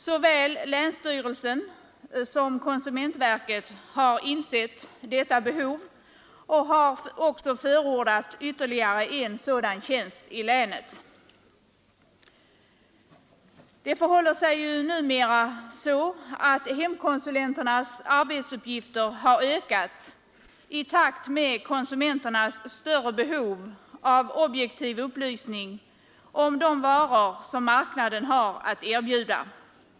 Såväl länsstyrelsen som konsumentverket har insett detta behov och har också förordat ytterligare en sådan tjänst i länet. Det förhåller sig ju numera så att hemkonsulenternas arbetsuppgifter 100 har ökat i takt med konsumenternas större behov av objektiv upplysning om de varor som marknaden har att erbjuda.